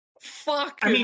Fuck